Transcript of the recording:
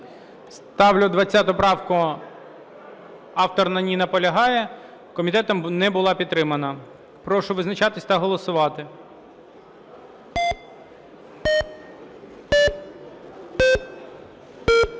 Ставлю 20 правку, автор на ній наполягає. Комітетом не була підтримана. Прошу визначатись та голосувати.